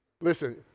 Listen